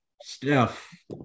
Steph